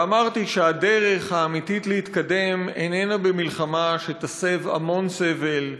ואמרתי שהדרך האמיתית להתקדם איננה במלחמה שתסב המון סבל,